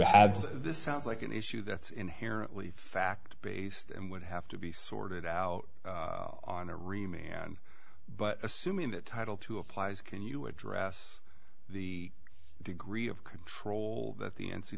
have sounds like an issue that's inherently fact based and would have to be sorted out on a remain an but assuming that title to applies can you address the degree of control that the n